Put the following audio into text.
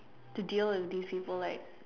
to deal with this people like